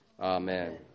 Amen